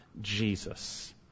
Jesus